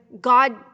God